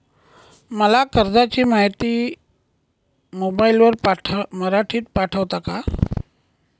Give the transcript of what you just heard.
मला कर्जाची माहिती मोबाईलवर मराठीत पाठवता का?